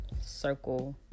circle